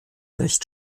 recht